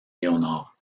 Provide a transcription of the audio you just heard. léonard